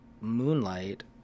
Moonlight